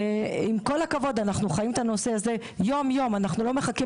עם כל הכבוד אנחנו חיים את הנושא הזה יום יום; אנחנו לא מחכים